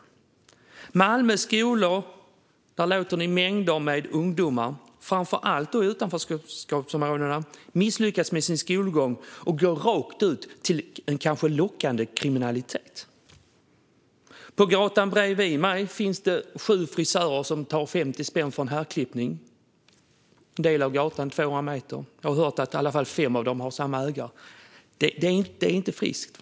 I Malmös skolor låter ni mängder med ungdomar, framför allt i utanförskapsområdena, misslyckas med sin skolgång och gå rakt ut i en kanske lockande kriminalitet. På gatan bredvid mig finns det sju frisörer som tar 50 spänn för en herrklippning - detta på en 200 meter lång del av gatan. Jag har hört att i alla fall fem av dem har samma ägare. Det är inte friskt.